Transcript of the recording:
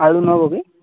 ଆଳୁ ନେବ କି